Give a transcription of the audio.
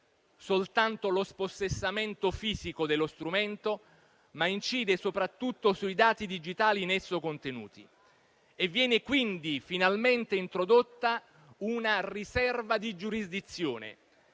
soltanto lo spossessamento fisico dello strumento, ma incide anche e soprattutto sui dati digitali in esso contenuti. Viene quindi finalmente introdotta una riserva di giurisdizione.